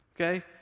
okay